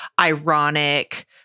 ironic